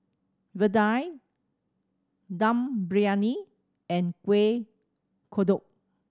vadai Dum Briyani and Kueh Kodok